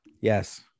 Yes